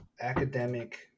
academic